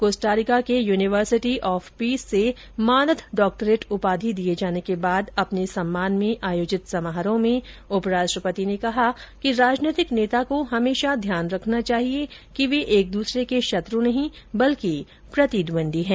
Costa Rica के university of peace से मानद डॉक्टरेट उपाधि दिये जाने के बाद अपने सम्मान में आयोजित समारोह में उपराष्ट्रपति ने कहा कि राजनीतिक नेता को हमेशा ध्यान रखना चाहिए कि वे एक दूसरे के शत्रु नहीं बल्कि प्रतिद्वंद्वी हैं